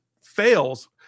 fails